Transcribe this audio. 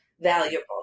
valuable